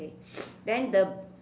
okay then the